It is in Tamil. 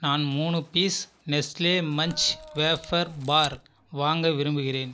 நான் மூணு piece Nestle Munch wafer bar வாங்க விரும்புகிறேன்